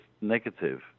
negative